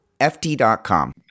FT.com